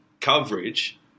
coverage